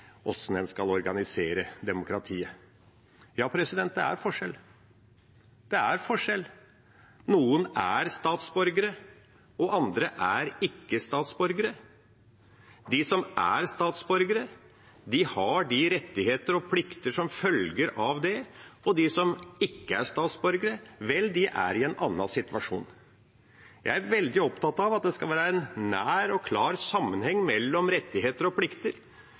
en skal organisere demokratiet. Ja, det er forskjell, noen er statsborgere, og andre er ikke statsborgere. De som er statsborgere, har de rettigheter og plikter som følger av det, og de som ikke er statsborgere, er i en annen situasjon. Jeg er veldig opptatt av at det skal være en nær og klar sammenheng mellom rettigheter og plikter.